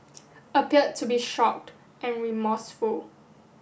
appeared to be shocked and remorseful